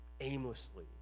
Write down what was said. aimlessly